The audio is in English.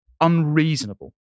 unreasonable